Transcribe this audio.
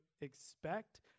expect